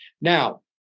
Now